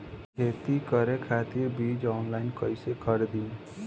खेती करे खातिर बीज ऑनलाइन कइसे खरीदी?